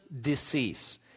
decease